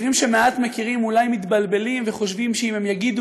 אחרים שמעט מכירים אולי מתבלבלים וחושבים שאם הם יגידו,